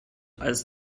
als